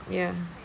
ya